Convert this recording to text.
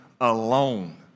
alone